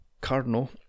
Cardinal